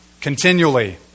Continually